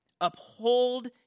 Uphold